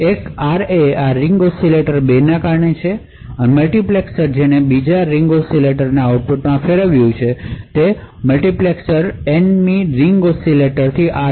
એક આ આરએ આ રીંગ ઓસિલેટર 2 ને કારણે છે અને મલ્ટિપ્લેક્સર્સ જેણે બીજા રીંગ ઑસિલેટરને તેના આઉટપુટમાં ફેરવ્યું છે અને આ મલ્ટિપ્લેક્સરે છે જેને Nમી રીંગ ઓસિલેટરને આરબી